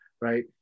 right